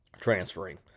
transferring